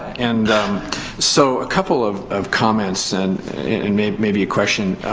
and so, a couple of of comments and and maybe maybe a question.